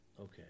Okay